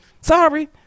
Sorry